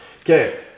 Okay